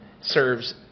serves